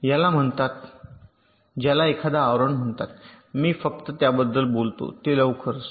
याला म्हणतात ज्याला एखादा आवरण म्हणतात मी फक्त त्याबद्दल बोलतो ते लवकरच